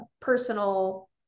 personal